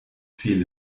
ziel